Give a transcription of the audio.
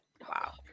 Wow